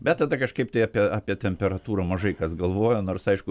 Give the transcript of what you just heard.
bet tada kažkaip tai apie apie temperatūrą mažai kas galvojo nors aišku